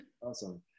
Awesome